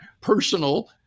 personal